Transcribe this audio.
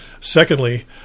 Secondly